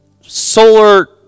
solar